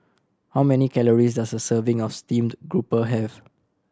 how many calories does a serving of steamed grouper have